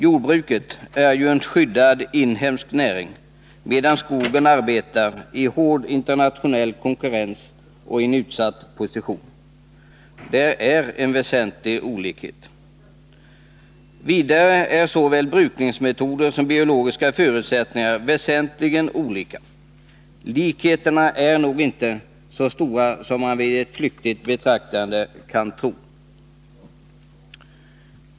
Jordbruket är ju en skyddad inhemsk näring, medan skogen arbetar i hård internationell konkurrens och i en utsatt position. Där är en väsentlig olikhet. Vidare är såväl brukningsmetoder som biologiska förutsättningar väsentligen olika. Likheterna är nog inte så stora som man vid ett flyktigt betraktande kan tro.